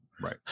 right